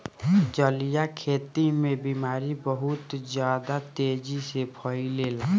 जलीय खेती में बीमारी बहुत ज्यादा तेजी से फइलेला